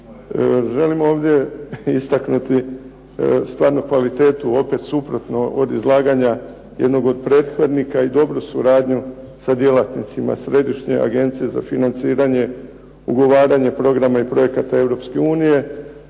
Želim ovdje istaknuti stvarno kvalitetu opet suprotno od izlaganja jednog od prethodnika i dobru suradnju sa djelatnicima Središnje agencije za financiranje, ugovaranje programa i projekata Europske unije,